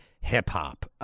hip-hop